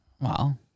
Wow